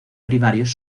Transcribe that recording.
primarios